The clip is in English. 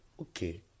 Okay